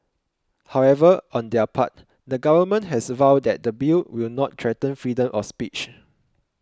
however on their part the government has vowed that the Bill will not threaten freedom of speech